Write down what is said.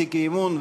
שהציג אי-אמון,